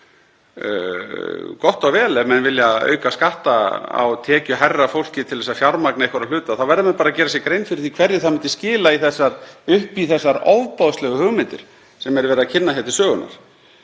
Gott og vel. Ef menn vilja auka skatta á tekjuhærra fólk til að fjármagna einhverja hluta verða menn bara að gera sér grein fyrir því hverju það myndi skila upp í þær ofboðslegu hugmyndir sem verið er að kynna hér til sögunnar.